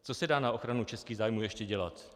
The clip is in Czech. Co se dá na ochranu českých zájmů ještě dělat?